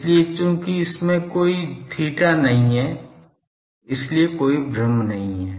इसलिए चूंकि इसमें कोई θ नहीं है इसलिए कोई भ्रम नहीं है